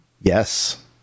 Yes